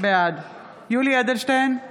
בעד יולי יואל אדלשטיין,